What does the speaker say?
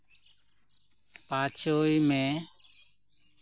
ᱯᱟᱸᱪᱚᱭ ᱢᱮ